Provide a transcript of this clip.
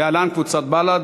להלן: קבוצת סיעת בל"ד.